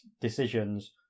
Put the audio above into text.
decisions